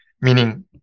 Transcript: Meaning